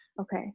Okay